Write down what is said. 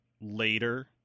later